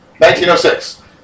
1906